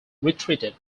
retreated